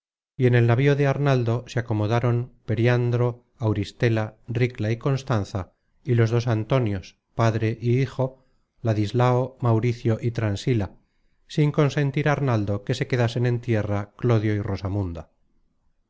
en el navío de arnaldo se acomodaron periandro auristela ricla y constanza y los dos antonios padre y hijo ladislao mauricio y transila sin consentir arnaldo que se quedasen en tierra clodio y